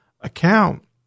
account